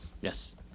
Yes